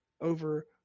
over